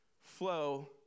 flow